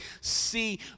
see